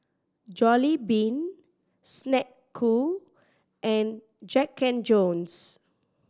Jollibean Snek Ku and Jack and Jones